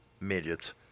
Midgets